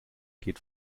geht